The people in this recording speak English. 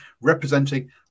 representing